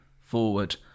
forward